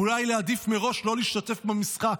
ואולי להעדיף מראש לא להשתתף במשחק,